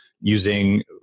using